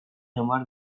hamar